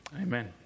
Amen